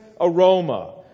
aroma